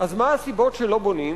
אז מה הסיבות שלא בונים?